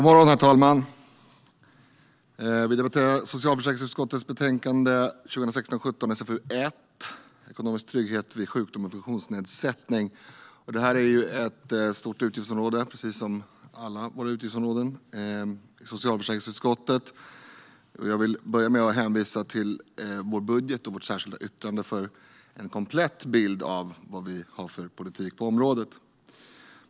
Herr talman! Vi debatterar socialförsäkringsutskottets betänkande 2016/17:SfU1 Ekonomisk trygghet vid sjukdom och funktionsnedsättning . Det här är ett stort utgiftsområde, precis som alla utgiftsområden i socialförsäkringsutskottet. Jag vill börja med att hänvisa till vår budget och vårt särskilda yttrande för en komplett bild av vad vi har för politik på området.